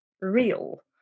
real